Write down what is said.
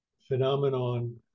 phenomenon